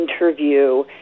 interview